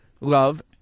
love